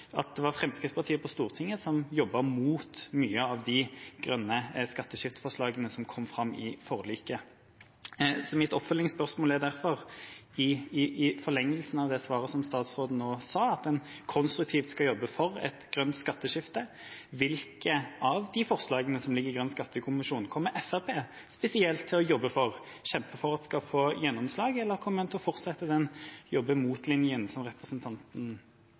at det var Fremskrittspartiet på Stortinget som jobbet mot mye av de grønne skatteskifteforslagene som kom fram i forliket. Så mitt oppfølgingsspørsmål er derfor, i forlengelsen av det svaret som statsråden nå sa, at en konstruktivt skal jobbe for et grønt skatteskifte: Hvilke av de forslagene som ligger i Grønn skattekommisjon, kommer Fremskrittspartiet spesielt til å jobbe og kjempe for at skal få gjennomslag, eller kommer en til å fortsette den jobbe mot-linjen som representanten